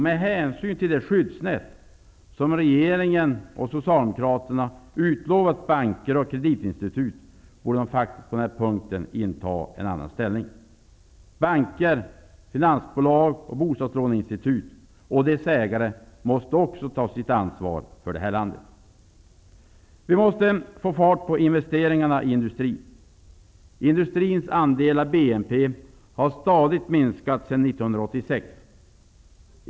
Med hänsyn till det skyddsnät som regeringen och Socialdemokraterna har utlovat banker och kreditinstitut borde de faktiskt inta en annan ställning på den här punkten. Banker, finansbolag och bostadslåneinstitut och dess ägare måste också ta sitt ansvar för landet. Vi måste få fart på investeringarna i industrin. Industrins andel av BNP har stadigt minskat sedan 1986.